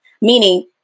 meaning